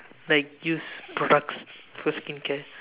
like use products for skincare